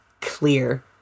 clear